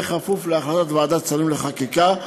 כפוף להחלטת ועדת השרים לחקיקה.